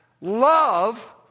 love